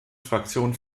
fraktion